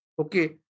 Okay